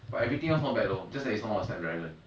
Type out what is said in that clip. but everything else not bad though just that it's not on Snapdragon